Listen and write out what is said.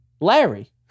Larry